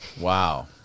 wow